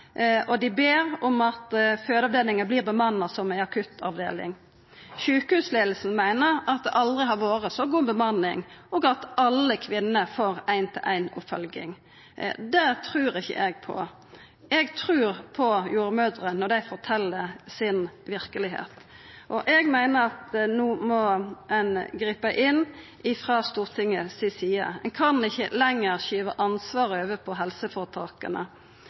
dei ber om at fødeavdelinga vert bemanna som ei akuttavdeling. Sjukehusleiinga meiner at det aldri har vore så god bemanning, og at alle kvinnene får ein-til-ein-oppfølging. Det trur ikkje eg på. Eg trur på jordmødrer når dei fortel om verkelegheita si. Eg meiner at no må ein gripa inn frå Stortingets side. Ein kan ikkje lenger skyva ansvaret over på helseføretaka.